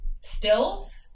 stills